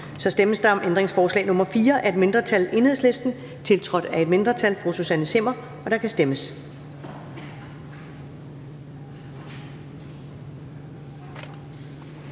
Der stemmes om ændringsforslag nr. 4 af et mindretal (EL), tiltrådt af et mindretal (Susanne Zimmer (UFG)), og der kan stemmes.